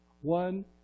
one